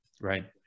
Right